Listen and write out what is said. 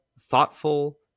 thoughtful